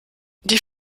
die